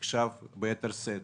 עכשיו ביתר שאת